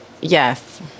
Yes